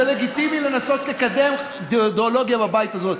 זה לגיטימי לנסות לקדם אידיאולוגיה בבית הזה.